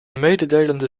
mededelende